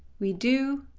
we do,